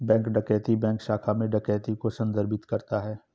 bank डकैती bank शाखा में डकैती को संदर्भित करता है